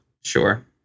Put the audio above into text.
Sure